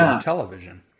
television